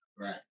Right